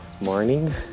morning